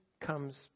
comes